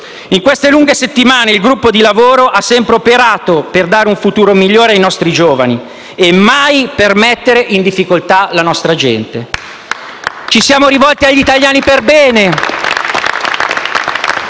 In queste lunghe settimane il gruppo di lavoro ha sempre operato per dare un futuro migliore ai nostri giovani e mai per mettere in difficoltà la nostra gente*. (Applausi dai Gruppi